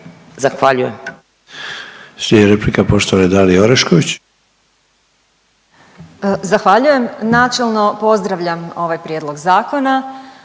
Zahvaljujem.